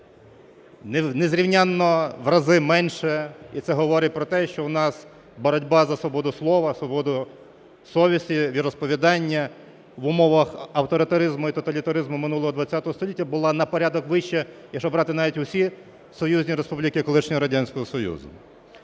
Незрівнянно в рази менше. І це говорить про те, що у нас боротьба за свободу слова, свободу совісті, віросповідання в умовах авторитаризму і тоталітаризму минулого ХХ століття була на порядок вища, якщо брати навіть всі союзні республіки колишнього Радянського Союзу.